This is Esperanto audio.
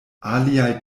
aliaj